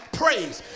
praise